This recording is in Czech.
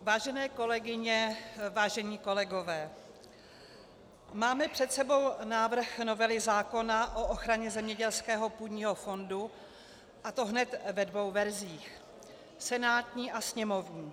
Vážené kolegyně, vážení kolegové, máme před sebou návrh novely zákona o ochraně zemědělského půdního fondu, a to hned ve dvou verzích senátní a sněmovní.